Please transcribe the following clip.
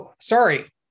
sorry